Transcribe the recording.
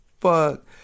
fuck